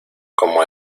como